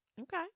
Okay